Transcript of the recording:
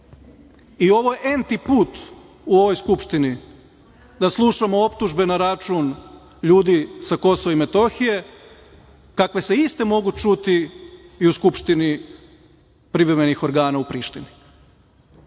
I ovo je N put u ovoj Skupštini da slušamo optužbe na račun ljudi sa KiM kakve se iste mogu čuti i u skupštini privremenih organa u Prištini. To